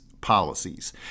policies